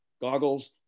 goggles